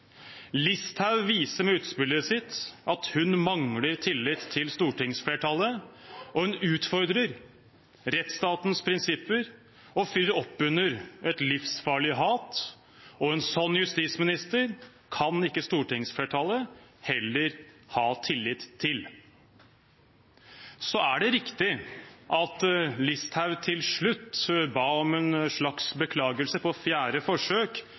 Listhaug viser med utspillet sitt at hun mangler tillit til stortingsflertallet. Hun utfordrer rettsstatens prinsipper og fyrer opp under et livsfarlig hat, og en slik justisminister kan ikke stortingsflertallet heller ha tillit til. Så er det riktig at Listhaug til slutt ga en slags beklagelse på fjerde forsøk,